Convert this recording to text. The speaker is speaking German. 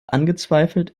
angezweifelt